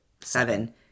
seven